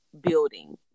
building